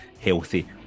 healthy